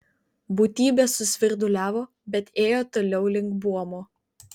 būtybė susvirduliavo bet ėjo toliau link buomo